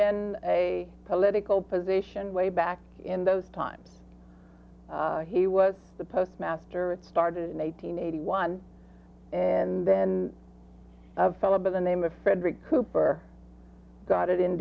been a political position way back in those times he was the postmaster started in eight hundred eighty one and then a fellow by the name of frederick cooper got it in